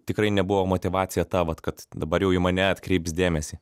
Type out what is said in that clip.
tikrai nebuvo motyvacija ta vat kad dabar jau į mane atkreips dėmesį